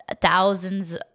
thousands